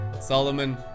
Solomon